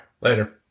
Later